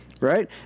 Right